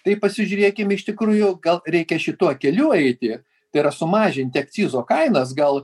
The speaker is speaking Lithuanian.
tai pasižiūrėkim iš tikrųjų gal reikia šituo keliu eiti tai yra sumažinti akcizo kainas gal